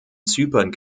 zypern